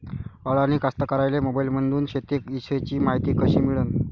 अडानी कास्तकाराइले मोबाईलमंदून शेती इषयीची मायती कशी मिळन?